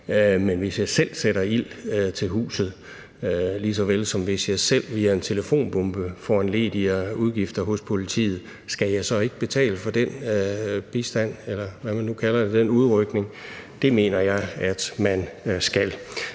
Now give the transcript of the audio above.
men hvis jeg selv sætter ild til huset, lige såvel som hvis jeg selv via en telefonbombe foranlediger udgifter hos politiet, skal jeg så ikke betale for den bistand, eller hvad man nu kalder det, den udrykning? Det mener jeg at man skal.